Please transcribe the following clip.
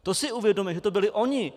To si uvědomme, to byli oni.